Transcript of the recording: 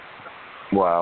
Wow